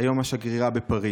היום השגרירה בפריז.